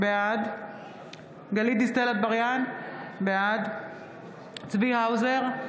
בעד גלית דיסטל אטבריאן, בעד צבי האוזר,